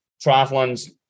triathlons